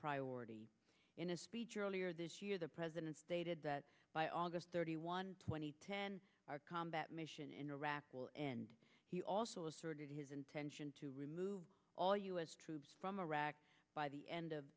priority in a speech earlier this year the president stated that by august thirty one twenty ten our combat mission in iraq will end he also asserted his intention to remove all u s troops from iraq by the end of